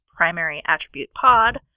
primaryattributepod